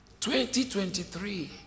2023